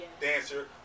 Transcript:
Dancer